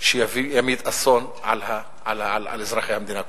שימיט אסון על אזרחי המדינה כולה.